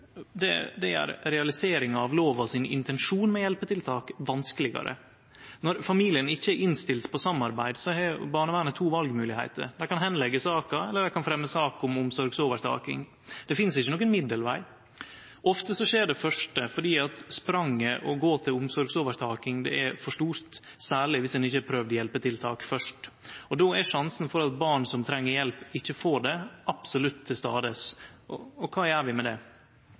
gjer realiseringa av lova sin intensjon med hjelpetiltak vanskelegare. Når familien ikkje er innstilt på samarbeid, har barnevernet to valmoglegheiter: Dei kan leggje bort saka, eller dei kan fremje sak om omsorgsovertaking. Det finst ikkje nokon middelveg. Ofte skjer det første fordi spranget å gå til omsorgsovertaking er for stort, særleg viss ein ikkje har prøvd hjelpetiltak først. Då er sjansen for at barn som treng hjelp, ikkje får det, absolutt til stades. Og kva gjer vi med det?